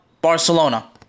Barcelona